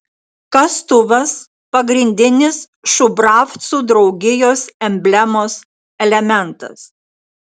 kastuvas pagrindinis šubravcų draugijos emblemos elementas